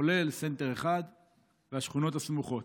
כולל סנטר 1 והשכונות הסמוכות.